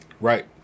Right